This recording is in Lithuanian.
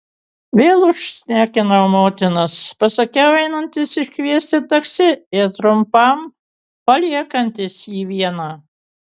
vėl užšnekinau motinas pasakiau einantis iškviesti taksi ir trumpam paliekantis jį vieną